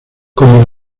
como